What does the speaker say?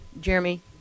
Jeremy